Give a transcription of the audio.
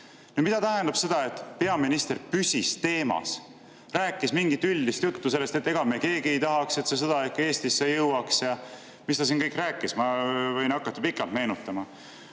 Mida tähendab see, et peaminister püsis teemas? Ta rääkis mingit üldist juttu sellest, et ega me keegi ei taha, et see sõda ikka Eestisse jõuaks, ja mis ta siin rääkis. Ma võin hakata pikalt meenutama: